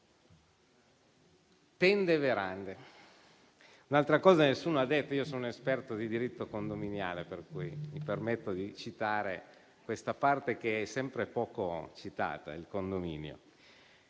tende e verande c'è un'altra cosa che nessuno ha detto. Io sono un esperto di diritto condominiale, per cui mi permetto di citare questa parte, che è sempre poco citata. In Italia